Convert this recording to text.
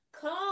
come